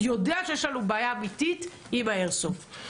יודע שיש לנו בעיה אמיתית עם האיירסופט.